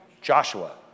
Joshua